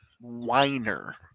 whiner